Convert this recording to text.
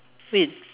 wait